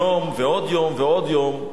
יום ועוד יום ועוד יום,